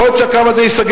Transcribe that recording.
יכול להיות שהקו הזה ייסגר,